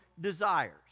desires